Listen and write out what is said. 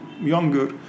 younger